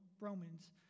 Romans